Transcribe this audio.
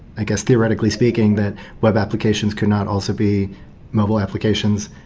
i guess, theoretically speaking, that web applications cannot also be mobile applications.